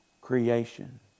creation